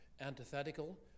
antithetical